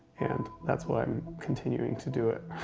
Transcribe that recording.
and that's why i'm continuing to do it.